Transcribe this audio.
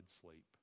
sleep